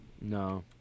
No